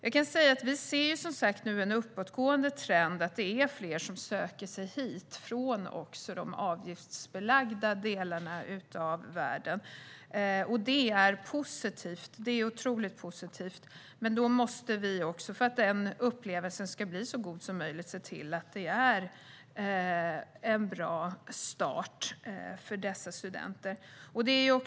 Vi ser som sagt nu en uppåtgående trend, att det är fler som söker sig hit och också från de delar av världen som har avgiftsbelagda utbildningar. Det är otroligt positivt. Men för att upplevelsen ska bli så god som möjligt måste vi se till att det blir en bra start för dessa studenter.